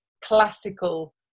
classical